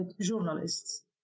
journalists